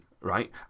Right